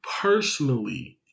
Personally